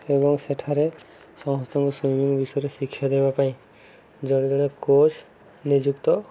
ଏବଂ ସେଠାରେ ସମସ୍ତଙ୍କ ସୁଇମିଂ ବିଷୟରେ ଶିକ୍ଷା ଦେବା ପାଇଁ ଜଣେ ଜଣେ କୋଚ୍ ନିଯୁକ୍ତ